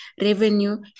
revenue